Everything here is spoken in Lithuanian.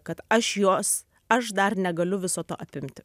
kad aš jos aš dar negaliu viso to apimti